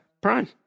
Prime